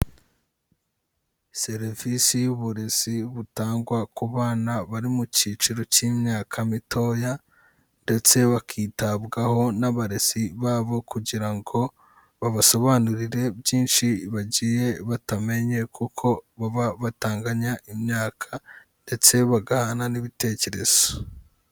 Serivisi y'uburezi butangwa ku bana bari mu cyiciro cy'imyaka mitoya ndetse bakitabwaho n'abarezi babo, kugira ngo babasobanurire byinshi bagiye batamenye, kuko baba batanganya imyaka ndetse bagahana n'ibitekerezo.